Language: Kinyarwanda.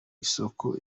isoko